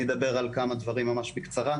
אני אדבר על כמה דברים ממש בקצרה.